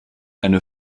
eine